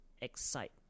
excite